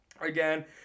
Again